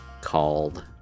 called